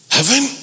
Heaven